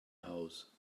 house